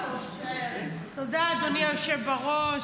תודה, אדוני היושב בראש.